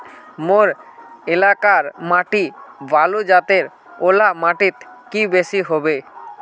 मोर एलाकार माटी बालू जतेर ओ ला माटित की बेसी हबे?